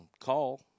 Call